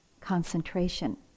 concentration